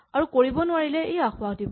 আৰু কৰিব নোৱাৰিলে ই আসোঁৱাহ দিব